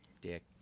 dick